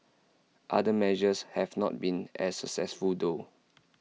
other measures have not been as successful though